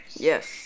Yes